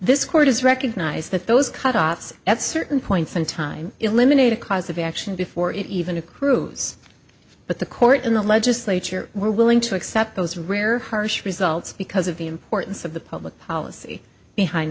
this court has recognized that those cutoffs at certain points in time eliminate a cause of action before even a cruise but the court in the legislature were willing to accept those rare harsh results because of the importance of the public policy behind